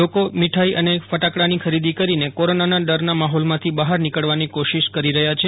લોકોચે મીઠાઈ અને ફટાકડાની ખરીદી કરીને કોરોનાના દરના માહોલ માંથી બહાર નીકળવાની કોશિશ કરી રહ્યા છે